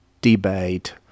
debate